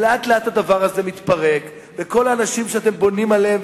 ולאט-לאט הדבר הזה מתפרק וכל האנשים שאתם בונים עליהם,